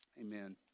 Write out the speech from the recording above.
amen